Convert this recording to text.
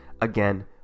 Again